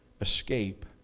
escape